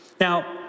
Now